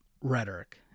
rhetoric